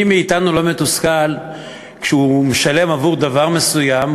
מי מאתנו לא מתוסכל כשהוא משלם עבור דבר מסוים,